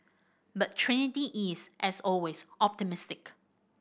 but Trinity is as always optimistic